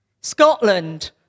Scotland